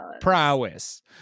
prowess